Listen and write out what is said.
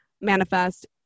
manifest